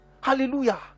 Hallelujah